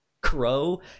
crow